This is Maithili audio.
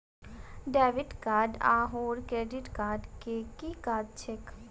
डेबिट कार्ड आओर क्रेडिट कार्ड केँ की काज छैक?